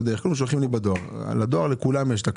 לכולם יש את הכתובת.